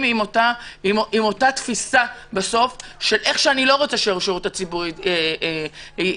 עם אותה תפיסה איך אני לא רוצה שהשירות הציבורי ייראה.